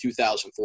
2004